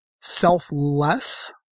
selfless